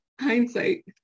hindsight